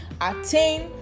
attain